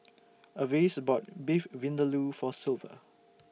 Avis bought Beef Vindaloo For Silver